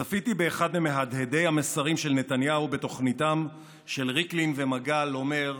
צפיתי באחד ממהדהדי המסרים של נתניהו בתוכניתם של ריקלין ומגל אומר: